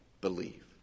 believe